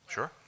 Sure